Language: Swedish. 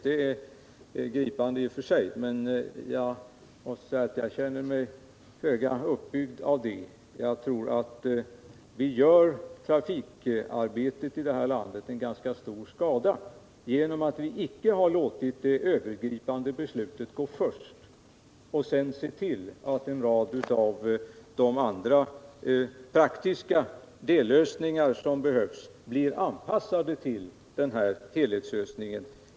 Det är i och för sig gripande, men jag måste säga att jag känner mig föga uppbyggd, eftersom jag tror att vi gör trafikarbetet i det här landet ganska stor skada genom att vi icke har låtit det övergripande beslutet komma först och sedan se till att de övriga praktiska dellösningar som behövs blir anpassade till helhetslösningen.